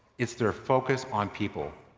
it's their focus on people.